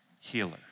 healer